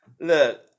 Look